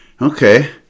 Okay